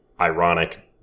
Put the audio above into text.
ironic